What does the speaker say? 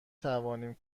توانیم